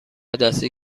دستی